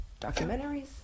documentaries